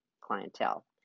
clientele